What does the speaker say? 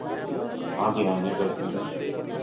ਹਾਂਜੀ ਹਾਂਜੀ ਬਿਲਕੁੱਲ ਜੀ